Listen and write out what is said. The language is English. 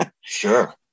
Sure